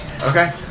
Okay